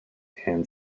and